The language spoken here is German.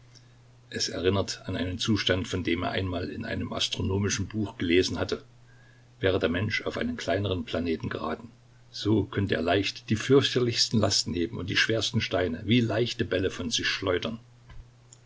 es erinnerte an einen zustand von dem er einmal in einem astronomischen buch gelesen hatte wäre der mensch auf einen kleineren planeten geraten so könnte er leicht die fürchterlichsten lasten heben und die schwersten steine wie leichte bälle von sich schleudern